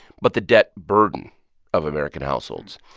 but the debt burden of american households.